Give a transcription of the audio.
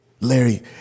Larry